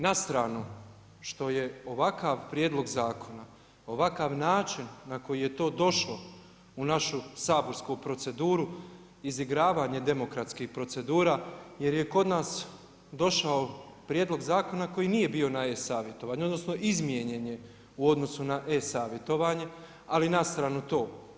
Na stranu, što je ovakav prijedlog zakona, ovakav način na koji je to došlo u našu saborsku proceduru izigravanje demokratskih procedura, jer je kod nas došao prijedlog zakona koji nije bio na e-savjetovanju, odnosno, izmijenjen je u odnosu na e-savjetovanje, ali na stranu to.